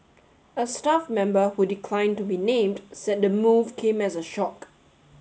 a staff member who declined to be named said the move came as a shock